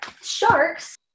Sharks